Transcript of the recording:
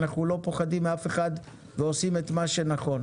אנחנו לא פוחדים מאף אחד ועושים את מה שנכון.